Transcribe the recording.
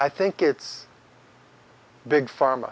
i think it's big pharm